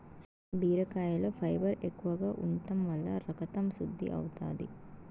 బీరకాయలో ఫైబర్ ఎక్కువగా ఉంటం వల్ల రకతం శుద్ది అవుతాది